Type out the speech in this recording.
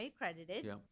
accredited